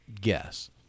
guess